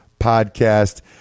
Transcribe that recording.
Podcast